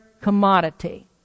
commodity